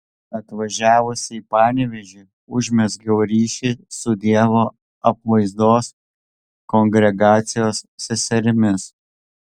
atvažiavusi į panevėžį užmezgiau ryšį su dievo apvaizdos kongregacijos seserimis